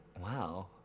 Wow